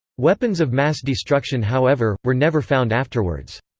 weapons of mass destruction however, were never found afterwards.